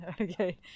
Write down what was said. okay